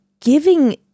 giving